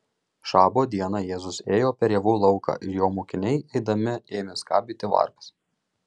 šabo dieną jėzus ėjo per javų lauką ir jo mokiniai eidami ėmė skabyti varpas